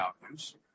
values